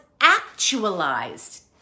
actualized